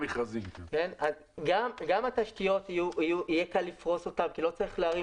גם את התשתיות יהיה קל לפרוס כי לא צריך להרים